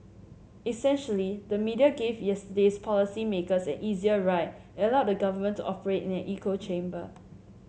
essentially the media gave yesterday's policy makers an easier ride and allowed the government to operate in an echo chamber